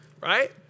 right